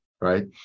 right